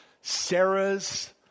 Sarah's